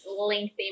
lengthy